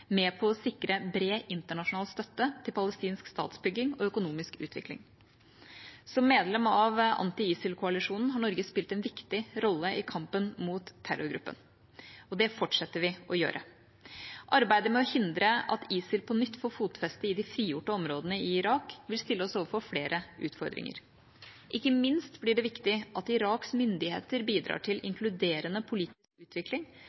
med på å sikre bred internasjonal støtte til palestinsk statsbygging og økonomisk utvikling. Som medlem av anti-ISIL-koalisjonen har Norge spilt en viktig rolle i kampen mot terrorgruppen, og det fortsetter vi å gjøre. Arbeidet med å hindre at ISIL på nytt får fotfeste i de frigjorte områdene i Irak, vil stille oss overfor flere utfordringer. Ikke minst blir det viktig at Iraks myndigheter bidrar til